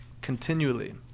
continually